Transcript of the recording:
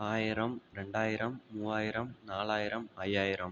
ஆயிரம் ரெண்டாயிரம் மூவாயிரம் நாலாயிரம் ஐயாயிரம்